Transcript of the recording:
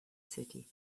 city